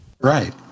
Right